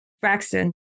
Braxton